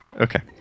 Okay